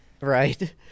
Right